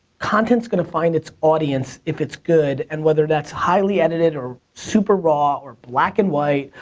content's gonna find its audience if it's good, and whether that's highly edited or super raw, or black and white,